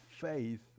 faith